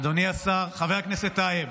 חבר הכנסת טייב,